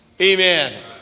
Amen